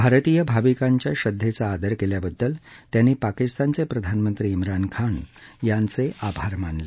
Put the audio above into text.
भारतीय भाविकांच्या श्रद्धेचा आदर केल्याबद्दल त्यांनी पाकिस्तानचे प्रधानमंत्री मान खान यांचे आभार मानले